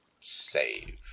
save